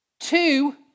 Two